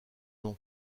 nom